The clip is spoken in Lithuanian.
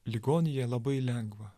ligonyje labai lengva